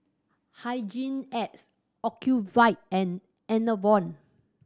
Hygin X Ocuvite and Enervon